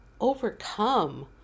overcome